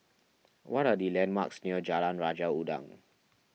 what are the landmarks near Jalan Raja Udang